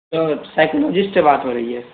تو سائیکالوجسٹ سے بات ہو رہی ہے